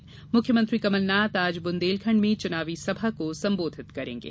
वहीं मुख्यमंत्री कमलनाथ आज बुंदेलखंड में चुनावी सभा को संबोधित करेंगे